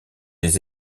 les